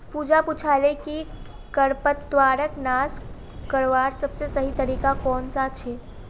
पूजा पूछाले कि खरपतवारक नाश करवार सबसे सही तरीका कौन सा छे